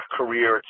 career